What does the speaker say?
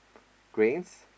grains